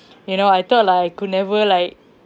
you know I thought like I could never like